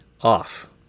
off